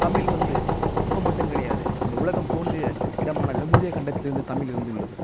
தமிழ் வந்து இப்போ மட்டும் கிடையாது இந்த உலகம் தோன்றிய இடமான லெமூரியா கண்டத்திலிருந்து தமிழ் இருந்துள்ளது